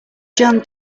john